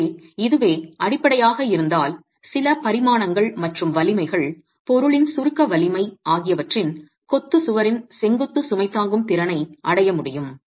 எனவே இதுவே அடிப்படையாக இருந்தால் சில பரிமாணங்கள் மற்றும் வலிமைகள் பொருளின் சுருக்க வலிமை ஆகியவற்றின் கொத்து சுவரின் செங்குத்து சுமை தாங்கும் திறனை அடைய முடியும்